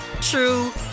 true